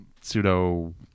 pseudo